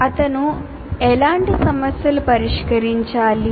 అతను ఎలాంటి సమస్యలను పరిష్కరించాలి